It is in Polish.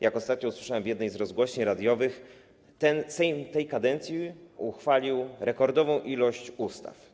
Jak ostatnio usłyszałem w jednej z rozgłośni radiowych, Sejm tej kadencji uchwalił rekordową liczbę ustaw.